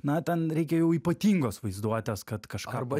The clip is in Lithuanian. na ten reikia jau ypatingos vaizduotės kad kažką arba